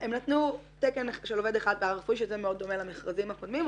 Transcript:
הם נתנו תקן של עובד אחד פארא-רפואי שזה מאוד דומה למכרזים הקודמים.